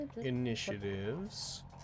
initiatives